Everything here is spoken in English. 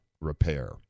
repair